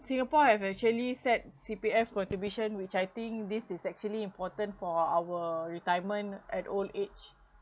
singapore have actually set C_P_F contribution which I think this is actually important for our retirement at old age